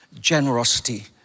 generosity